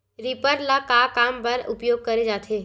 Reaper ल का काम बर उपयोग करे जाथे?